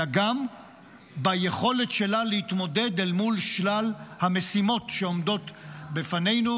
אלא גם ביכולת שלה להתמודד אל מול שלל המשימות שעומדות בפנינו.